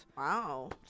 Wow